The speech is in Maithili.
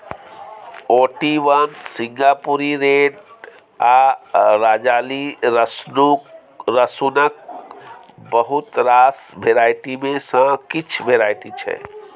ओटी वन, सिंगापुरी रेड आ राजाली रसुनक बहुत रास वेराइटी मे सँ किछ वेराइटी छै